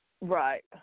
Right